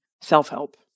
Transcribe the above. self-help